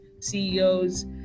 CEOs